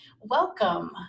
Welcome